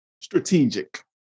Strategic